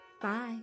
Bye